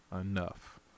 enough